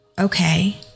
okay